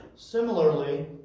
Similarly